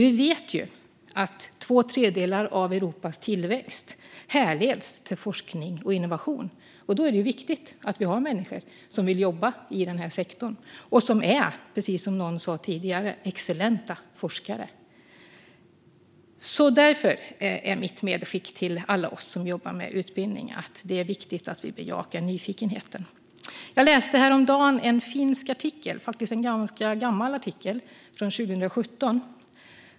Vi vet att två tredjedelar av Europas tillväxt härleds till forskning och innovation. Då är det viktigt att vi har människor som vill jobba i den här sektorn och som är, precis som någon sa tidigare, excellenta forskare. Därför är mitt medskick till alla oss som jobbar med utbildning att det är viktigt att vi bejakar nyfikenheten. Jag läste häromdagen en finsk artikel, en några år gammal artikel från 2017.